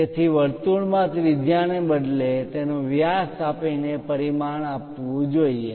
તેથી વર્તુળ માં ત્રિજ્યા ને બદલે તેનો વ્યાસ આપીને પરિમાણ આપવું જોઈએ